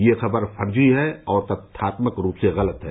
यह खबर फर्जी है और तथ्यात्मक रूप से गलत है